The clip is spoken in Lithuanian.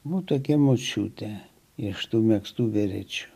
mums tokia močiutė iš tų megztų berečių